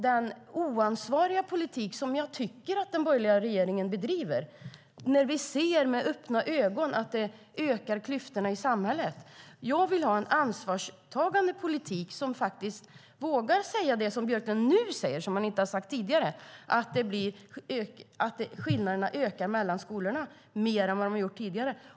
Det är en oansvarig politik som jag tycker att den borgerliga regeringen bedriver när vi ser med öppna ögon att den politiken ökar klyftorna i samhället. Jag vill ha en ansvarstagande politik som vågar säga det som Björklund nu säger men som han inte har sagt tidigare: att skillnaderna ökar mellan skolorna mer än vad de har gjort tidigare.